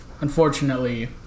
Unfortunately